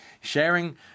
Sharing